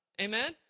Amen